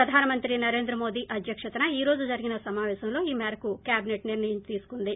ప్రధానమంత్రి నరేంద్ర మోడీ అధ్యక్షతన ఈరోజు జరిగిన సమాపేశంలో ఈ మేరకు కేబినెట్ నిర్ణయం తీసుకుంది